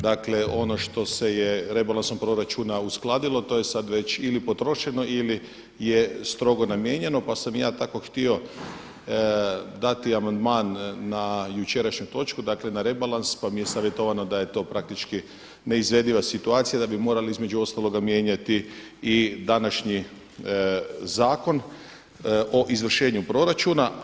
Dakle ono što se je rebalansom proračuna uskladilo to je sada već ili potrošeno ili je strogo namijenjeno pa sam ja tako htio dati amandman na jučerašnju točku, dakle na rebalans pa mi je savjetovano da je to praktički neizvediva situacija da bi morali između ostaloga mijenjati i današnji zakon o izvršenju proračuna.